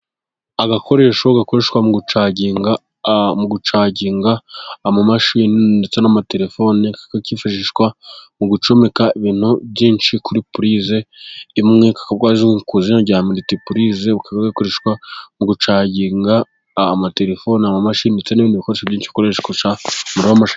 Agakoresho gakoreshwa mu gucaangiga amamashini ndetse n'amatelefoni. Kifashishwa mu gucomeka ibintu byinshi kuri purize, imwe izwi ku izina rya meritipurize kakaba gakoreshwa mu gucaangiga amatelefone, imashini ndetse n'ibindi bikore byinshi bikoreshwa ...